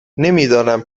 نمیدانم